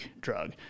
drug